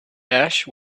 ash